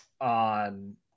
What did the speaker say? on